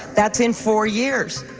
that's in four years.